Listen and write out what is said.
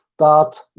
Start